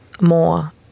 more